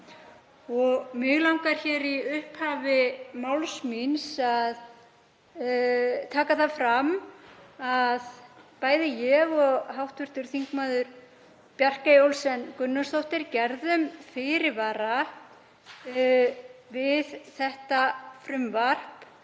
Mig langar í upphafi máls míns að taka það fram að bæði ég og hv. þm. Bjarkey Olsen Gunnarsdóttir gerðum fyrirvara við þetta frumvarp.